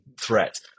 threat